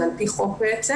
זה על פי חוק בעצם.